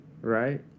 right